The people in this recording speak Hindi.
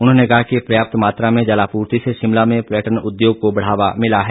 उन्होंने कहा कि पर्याप्त मात्रा में जलापूर्ति से शिमला में पर्यटन उद्योग को बढ़ावा मिला है